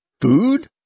Food